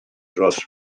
dros